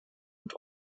und